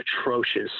atrocious